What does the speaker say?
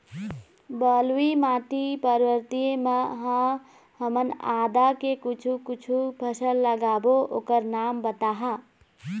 बलुई माटी पर्वतीय म ह हमन आदा के कुछू कछु फसल लगाबो ओकर नाम बताहा?